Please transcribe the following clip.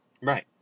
Right